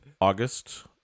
August